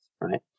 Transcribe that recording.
right